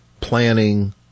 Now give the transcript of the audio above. planning